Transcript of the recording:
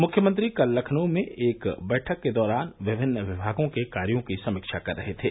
मुख्यमंत्री कल लखनऊ में एक बैठक के दौरान विभिन्न विभागों के कार्यो की समीक्षा कर रहे थे